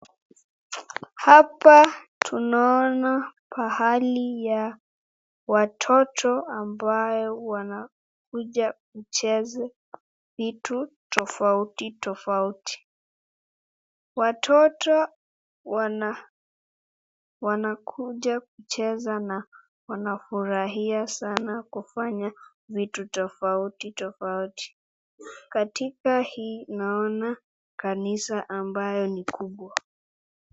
Hapa tunaona pahali ya watoto ambao wanakuja kucheza vitu tafauti tafauti, watoto wanakuja kucheza na kufurahai sana kufanya vitu tofauti tofauti katika hii naona kanisa ambayo ni kubwa.